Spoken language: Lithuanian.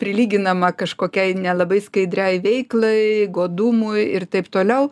prilyginama kažkokiai nelabai skaidriai veiklai godumui ir taip toliau